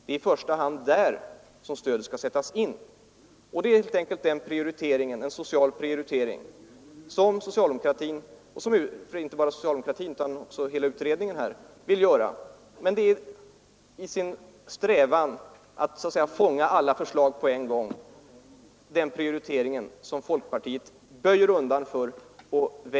Det är i första hand där stödet skall sättas in. Det är en social prioritering. Men det är i sin strävan att fånga in alla förslag på en gång just den prioriteringen som folkpartiet böjer undan för.